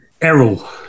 Errol